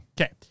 Okay